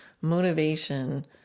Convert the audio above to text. motivation